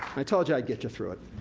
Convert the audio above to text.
i told you i'd get you through it.